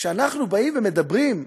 כשאנחנו באים ומדברים,